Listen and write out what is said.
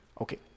Okay